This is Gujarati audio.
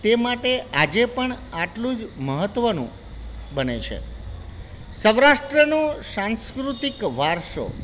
તે માટે આજે પણ આટલું જ મહત્ત્વનું બને છે સૌરાષ્ટ્રનું સાંસ્કૃતિક વારસો